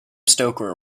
stoker